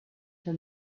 for